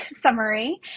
summary